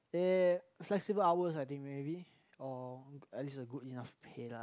eh flexible hours I think maybe or at least a good enough pay lah